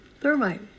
Thermite